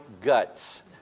guts